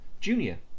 junior